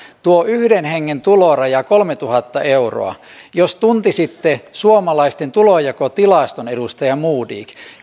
tuo yhden hengen tuloraja kolmetuhatta euroa jos tuntisitte suomalaisten tulonjakotilaston edustaja modig